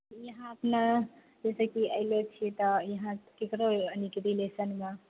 यहाँ अपने जइसे कि आयल छियै तऽ यहाँ ककरो अहीँके रिलेशन मे